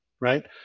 right